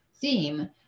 theme